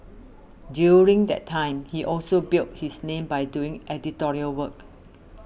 during that time he also built his name by doing editorial work